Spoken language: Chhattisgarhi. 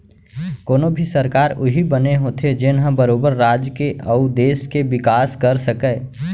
कोनो भी सरकार उही बने होथे जेनहा बरोबर राज के अउ देस के बिकास कर सकय